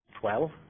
Twelve